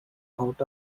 out